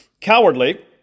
cowardly